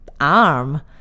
arm